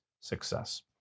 success